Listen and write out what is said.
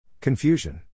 Confusion